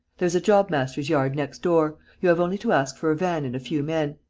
there is a job-master's yard next door you have only to ask for a van and a few men.